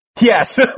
Yes